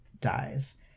dies